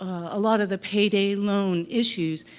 a lot of the payday loan issues,